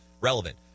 relevant